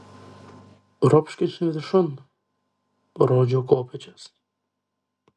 ropškis viršun parodžiau kopėčias